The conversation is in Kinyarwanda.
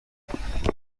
kuva